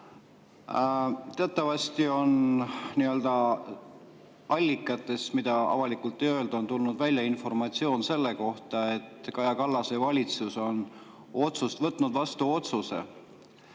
Teatavasti on nii-öelda allikatest, mida avalikult ei öelda, tulnud välja informatsioon selle kohta, et Kaja Kallase valitsus on võtnud vastu otsuse,